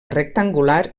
rectangular